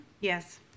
Yes